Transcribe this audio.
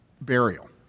burial